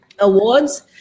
awards